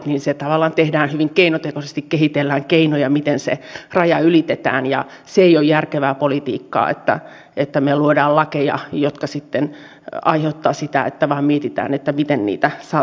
se tavallaan tehdään hyvin keinotekoisesti kehitellään keinoja miten se raja ylitetään ja se ei ole järkevää politiikkaa että me luomme lakeja jotka sitten aiheuttavat sitä että mietitään miten niitä saataisiin kierrettyä